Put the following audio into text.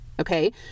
okay